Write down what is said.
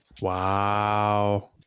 Wow